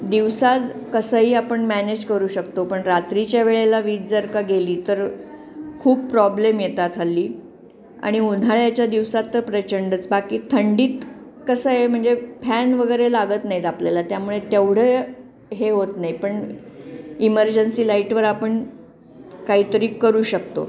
दिवसा कसंही आपण मॅनेज करू शकतो पण रात्रीच्या वेळेला वीज जर का गेली तर खूप प्रॉब्लेम येतात हल्ली आणि उन्हाळ्याच्या दिवसात तर प्रचंडच बाकी थंडीत कसं आहे म्हणजे फॅन वगैरे लागत नाही आहेत आपल्याला त्यामुळे तेवढं हे होत नाही पण इमर्जन्सी लाईटवर आपण काहीतरी करू शकतो